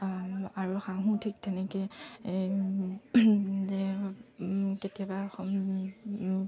আৰু আৰু হাঁহো ঠিক তেনেকৈ যে কেতিয়াবা